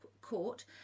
court